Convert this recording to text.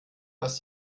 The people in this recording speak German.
was